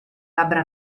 labbra